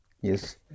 yes